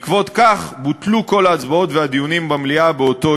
בעקבות כך בוטלו כל ההצבעות והדיונים במליאה באותו